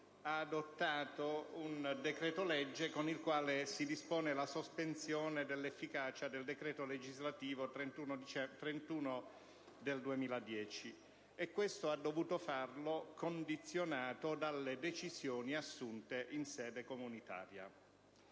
ha adottato un decreto-legge con il quale si dispone la sospensione dell'efficacia del decreto legislativo n. 31 del 2010, e ha dovuto fare questo condizionato dalle decisioni assunte in sede comunitaria.